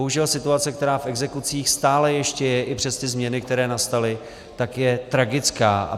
Bohužel situace, která v exekucích stále ještě je i přes ty změny, které nastaly, tak je tragická.